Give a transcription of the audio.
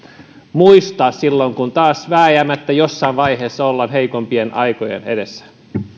muistaa silloin kun taas vääjäämättä jossain vaiheessa ollaan heikompien aikojen edessä